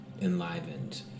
enlivened